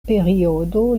periodo